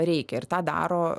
reikia ir tą daro